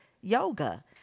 yoga